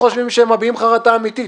אנחנו לא חושבים שהם מביעים חרטה אמיתית,